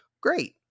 great